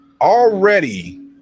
already